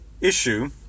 issue